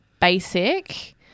basic